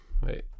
Wait